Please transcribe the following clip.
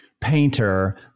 painter